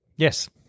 Yes